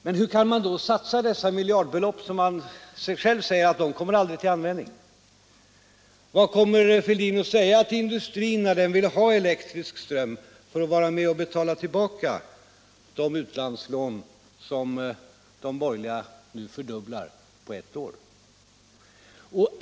Men hur kan man då satsa dessa miljardbelopp, när man själv säger att de aldrig kommer till användning? Vad kommer herr Fälldin att säga till industrin när den vill ha elektrisk ström för att vara med och betala tillbaka de utlandslån som de borgerliga nu fördubblar på ett år?